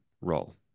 role